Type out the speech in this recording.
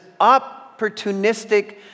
opportunistic